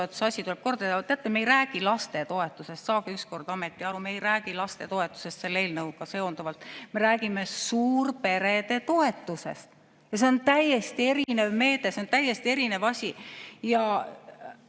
asi tuleb korda teha. Teate, me ei räägi lastetoetusest. Saage ükskord ometi aru, et me ei räägi lastetoetusest selle eelnõuga seonduvalt. Me räägime suurperede toetusest – see on täiesti erinev meede, see on täiesti erinev asi.